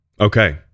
Okay